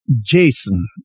Jason